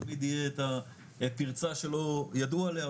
תמיד יהיה את הפרצה שלא ידעו עליה,